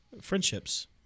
friendships